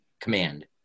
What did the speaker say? command